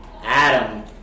Adam